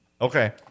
okay